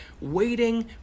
waiting